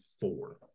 four